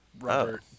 Robert